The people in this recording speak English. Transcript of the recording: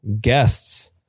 guests